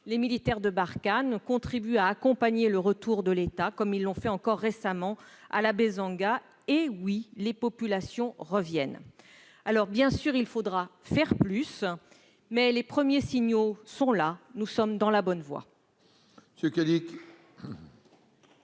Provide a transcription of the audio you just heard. les militaires de l'opération Barkhane continuent d'accompagner le retour de l'État, comme ils l'ont fait encore récemment à Labbezanga- eh oui, les populations reviennent ! Bien sûr, il faudra faire plus, mais les premiers signaux sont là. Nous sommes sur la bonne voie